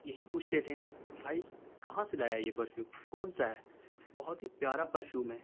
یہی پوچھتے تھے بھائی کہاں سے لایا یہ پرفیوم کون سا ہے بہت ہی پیارا پرفیوم ہے